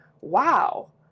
wow